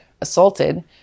assaulted